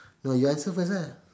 no you answer first ah